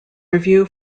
review